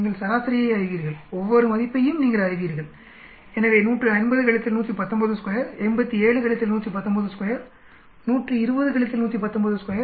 நீங்கள் சராசரியை அறிவீர்கள் ஒவ்வொரு மதிப்பையும் நீங்கள் அறிவீர்கள் எனவே 150 1192 87 1192 120 1192 210 176